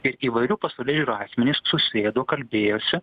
ir įvairių pasaulėžiūrų asmenys susėdo kalbėjosi